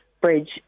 Bridge